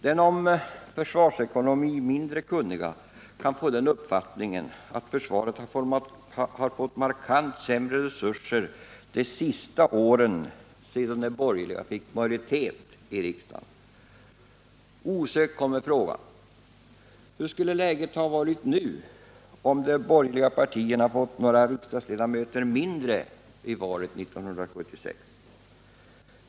Den i försvarsekonomi mindre kunnige kan få den uppfattningen att försvaret har fått markant sämre resurser de sista åren sedan de borgerliga fick majoritet i riksdagen. Osökt kommer frågan: Hur skulle läget ha varit nu, om de borgerliga partierna fått några riksdagsledamöter mindre vid valet 1976?